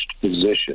position